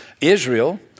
Israel